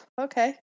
okay